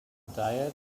diet